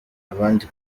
abandi